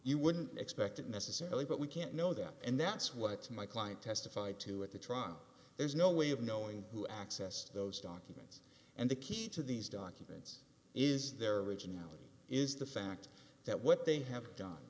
you wouldn't expect necessarily but we can't know that and that's what my client testified to at the trial there is no way of knowing who access those documents and the key to these documents is their originality is the fact that what they have done